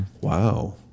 Wow